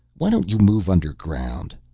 why don't you move underground?